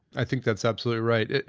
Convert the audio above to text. i think that's absolutely right.